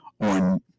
on